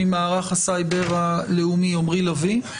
ממערך הסייבר הלאומי עמרי לוי,